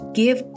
give